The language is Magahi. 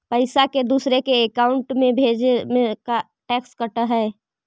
पैसा के दूसरे के अकाउंट में भेजें में का टैक्स कट है?